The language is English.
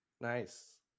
nice